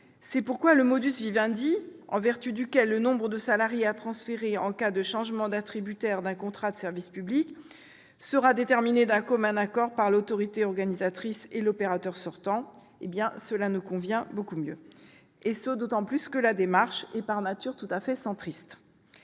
C'est pourquoi le en vertu duquel le nombre de salariés à transférer en cas de changement d'attributaire d'un contrat de service public sera déterminé d'un commun accord par l'autorité organisatrice et par l'opérateur sortant nous convient beaucoup mieux, d'autant que cette démarche est par nature tout à fait centriste